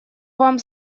вам